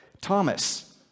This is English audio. Thomas